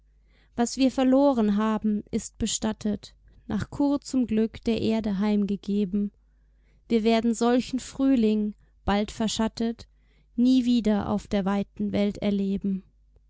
was wir verloren haben ist bestattet nach kurzem glück der erde heimgegeben wir werden solchen frühling bald verschattet nie wieder auf der weiten welt erleben